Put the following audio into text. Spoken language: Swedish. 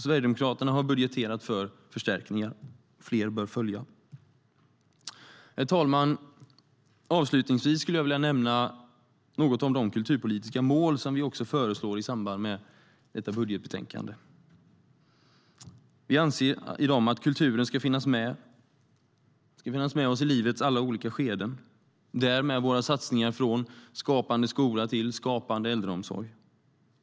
Sverigedemokraterna har budgeterat för förstärkningar och fler bör följa. Herr talman! Avslutningsvis skulle jag vilja nämna något om de kulturpolitiska mål som vi också föreslår i samband med detta budgetbetänkande. Där anser vi att kulturen ska finnas med oss i livets alla skeden, därav våra satsningar på alltifrån Skapande skola till Skapande äldreomsorg.